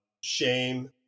shame